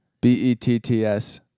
B-E-T-T-S